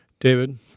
David